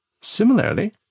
Similarly